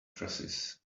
crosses